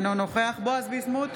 אינו נוכח בועז ביסמוט,